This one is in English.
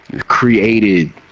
created